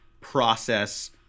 process